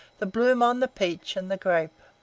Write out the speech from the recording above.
the bloom on the peach and the grape.